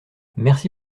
merci